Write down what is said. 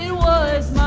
was